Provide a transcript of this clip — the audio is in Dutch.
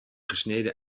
gesneden